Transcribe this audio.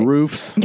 Roofs